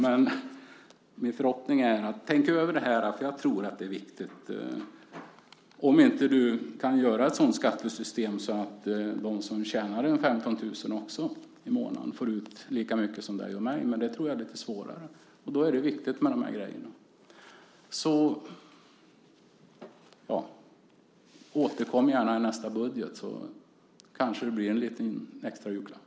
Men min förhoppning är att finansministern ska tänka över detta. Jag tror att det är viktigt, om du inte kan åstadkomma ett sådant skattesystem som gör att de som tjänar omkring 15 000 kr i månaden får ut lika mycket som du och jag av detta. Men det tror jag är lite svårare. Då är det viktigt med dessa saker. Återkom gärna i nästa budget, så kanske det blir en liten extra julklapp.